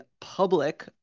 public